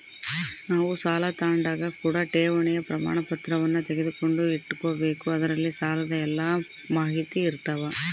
ನಾವು ಸಾಲ ತಾಂಡಾಗ ಕೂಡ ಠೇವಣಿಯ ಪ್ರಮಾಣಪತ್ರವನ್ನ ತೆಗೆದುಕೊಂಡು ಇಟ್ಟುಕೊಬೆಕು ಅದರಲ್ಲಿ ಸಾಲದ ಎಲ್ಲ ಮಾಹಿತಿಯಿರ್ತವ